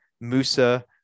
Musa